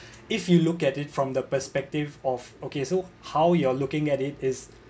if you look at it from the perspective of okay so how you're looking at it is